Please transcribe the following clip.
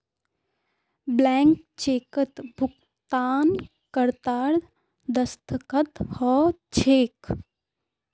blank चेकत भुगतानकर्तार दस्तख्त ह छेक